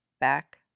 back